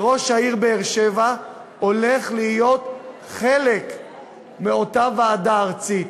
שראש העיר באר-שבע הולך להיות חלק מאותה ועדה ארצית.